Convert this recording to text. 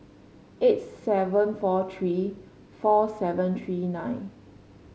eight seven four three four seven three nine